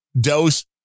dose